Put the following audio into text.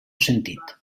sentit